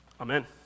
Amen